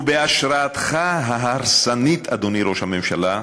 בהשראתך ההרסנית, אדוני ראש הממשלה,